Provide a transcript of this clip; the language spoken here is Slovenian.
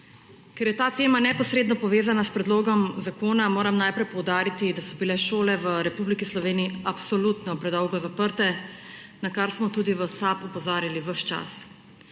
Ker je ta tema neposredno povezana s predlogom zakona, moram najprej poudariti, da so bile šole v Republiki Sloveniji absolutno predolgo zaprte, na kar smo tudi v SAB opozarjali ves čas.